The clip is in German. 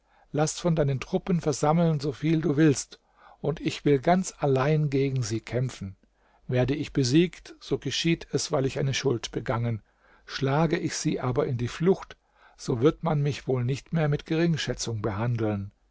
laß von deinen truppen versammeln so viel du willst und ich will ganz allein gegen sie kämpfen werde ich besiegt so geschieht es weil ich eine schuld begangen schlage ich sie aber in die flucht so wird man mich wohl nicht mehr mit geringschätzung behandeln